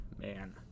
man